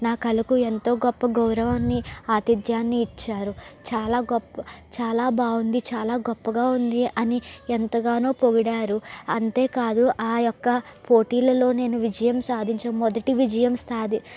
నా కళకు ఎంతో గొప్ప గౌరవాన్ని ఆతిధ్యాన్ని ఇచ్చారు చాలా గొప్ చాలా బాగుంది చాలా గొప్పగా వుంది అని ఎంతగానో పొగిడారు అంతేకాదు ఆ యొక్క పోటీలలో నేను విజయం సాధించాను మొదటి విజయం సాది